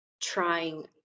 trying